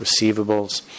receivables